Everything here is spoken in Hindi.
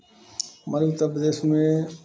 हमारे उत्तरप्रदेश में